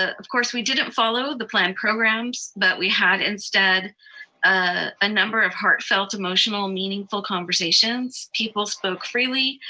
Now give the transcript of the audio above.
ah of course, we didn't follow the plan programs, but we had instead a ah number of heartfelt, emotional, meaningful conversations. people spoke freely,